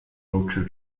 roger